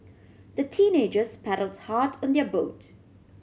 the teenagers paddled hard on their boat